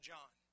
John